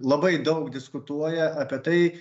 labai daug diskutuoja apie tai